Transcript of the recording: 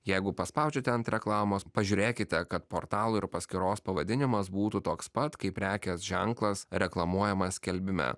jeigu paspaudžiate ant reklamos pažiūrėkite kad portalo ir paskyros pavadinimas būtų toks pat kaip prekės ženklas reklamuojamas skelbime